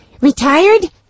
retired